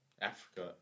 Africa